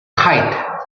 kite